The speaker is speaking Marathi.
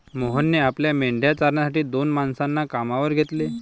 मोहनने आपल्या मेंढ्या चारण्यासाठी दोन माणसांना कामावर घेतले